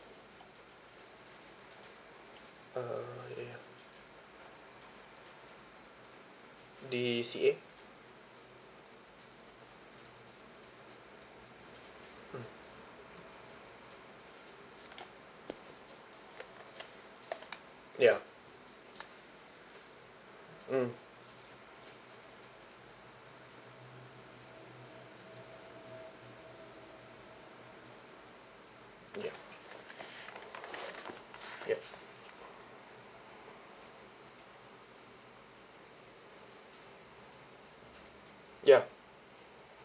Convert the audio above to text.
(uh huh) ya D_C_A mm ya mm ya ya ya